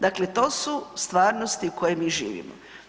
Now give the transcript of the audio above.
Dakle, to su stvarnosti u kojoj mi živimo.